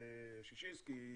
ששינסקי,